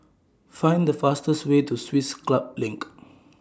Find The fastest Way to Swiss Club LINK